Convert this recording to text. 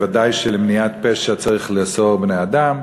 וודאי שלמניעת פשע צריך לאסור בני-אדם.